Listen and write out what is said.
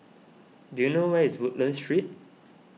do you know where is Woodlands Street